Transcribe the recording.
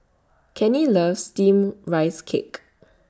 Kenny loves Steamed Rice Cake